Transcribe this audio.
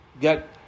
get